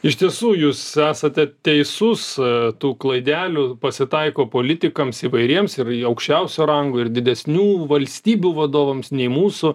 iš tiesų jūs esate teisus tų klaidelių pasitaiko politikams įvairiems ir į aukščiausio rango ir didesnių valstybių vadovams nei mūsų